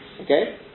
Okay